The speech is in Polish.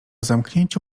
zamknięciu